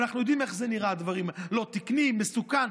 ואנחנו יודעים איך זה נראה, לא תקני, מסוכן.